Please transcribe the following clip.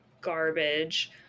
garbage